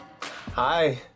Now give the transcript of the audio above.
hi